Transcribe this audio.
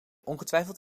ongetwijfeld